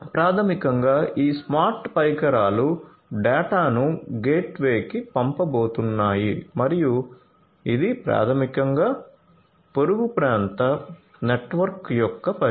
ప్రాథమికంగా ఈ స్మార్ట్ పరికరాలు డేటాను గేట్వేకి పంపబోతున్నాయి మరియు ఇది ప్రాథమికంగా పొరుగు ప్రాంత నెట్వర్క్ యొక్క పరిధి